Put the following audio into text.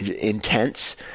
intense